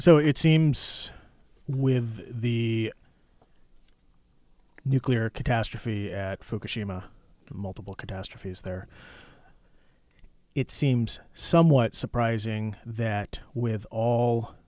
so it seems with the nuclear catastrophe at fukushima multiple catastrophes there it seems somewhat surprising that with all